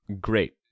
great